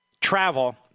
travel